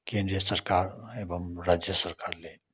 केन्द्रीय सरकार एवम् राज्य सरकारले